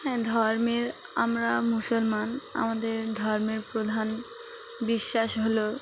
হ্যাঁ ধর্মের আমরা মুসলমান আমাদের ধর্মের প্রধান বিশ্বাস হলো